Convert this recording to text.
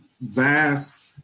vast